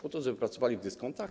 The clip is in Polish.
Po to, żeby pracowali w dyskontach?